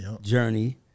journey